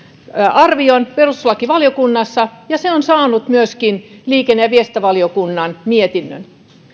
arvion perustuslakivaliokunnassa ja siitä on saatu myöskin liikenne ja viestintävaliokunnan mietintö